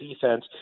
defense